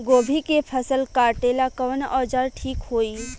गोभी के फसल काटेला कवन औजार ठीक होई?